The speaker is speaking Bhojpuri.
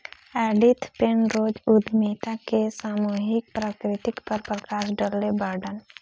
एडिथ पेनरोज उद्यमिता के सामूहिक प्रकृति पर प्रकश डलले बाड़न